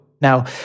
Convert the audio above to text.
Now